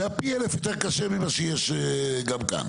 שהיה פי אלף יותר קשה ממה שיש גם כאן.